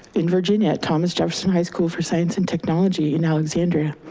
in virginia at thomas jefferson high school for science and technology and alexandria.